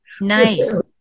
nice